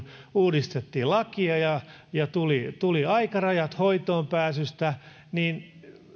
uudistettiin lakia ja ja tuli tuli aikarajat hoitoonpääsystä